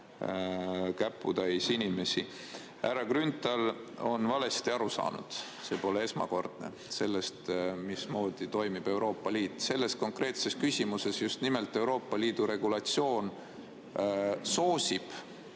käputäis inimesi. Härra Grünthal on valesti aru saanud – see pole esmakordne – sellest, mismoodi toimib Euroopa Liit. Selles konkreetses küsimuses just nimelt Euroopa Liidu regulatsioon soosib